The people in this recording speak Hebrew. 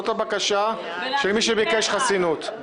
זאת הבקשה של מי שביקש חסינות.